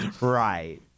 Right